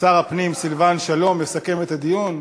שר הפנים סילבן שלום יסכם את הדיון.